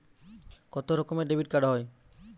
কত রকমের ডেবিটকার্ড হয়?